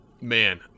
Man